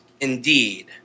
indeed